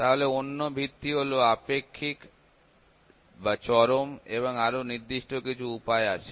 তাহলে অন্য ভিত্তি হলো আপেক্ষিক বা চরম আরো নির্দিষ্ট কিছু উপায় আছে